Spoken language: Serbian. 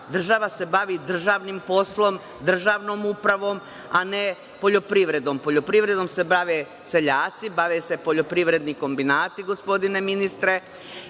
Država se bavi državnim poslom, državnom upravom, a ne poljoprivredom. Poljoprivredom se bave seljaci, bave se poljoprivredni kombinati, gospodine ministre,